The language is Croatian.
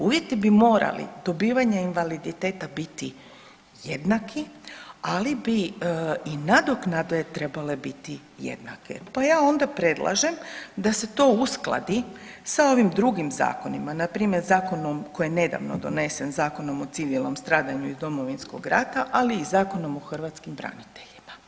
Uvjeti bi morali dobivanje invaliditeta biti jednaki, ali bi i nadoknade trebale biti jednake, pa ja onda predlažem da se to uskladi sa ovim zakonima npr. zakonom koji je nedavno donesen zakonom o civilnom stradanju iz Domovinskog rata, ali i Zakonom o hrvatskim braniteljima.